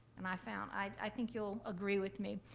and i found, i think you'll agree with me.